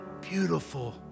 beautiful